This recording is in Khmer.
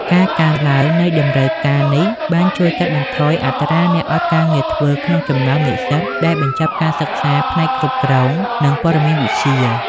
ការកើនឡើងនៃតម្រូវការនេះបានជួយកាត់បន្ថយអត្រាអ្នកអត់ការងារធ្វើក្នុងចំណោមនិស្សិតដែលបញ្ចប់ការសិក្សាផ្នែកគ្រប់គ្រង និងព័ត៌មានវិទ្យា។